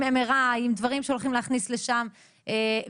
עם mri ועם דברים שהולכים להכניס לשם ובאמת,